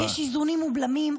יש איזונים ובלמים.